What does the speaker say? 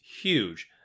huge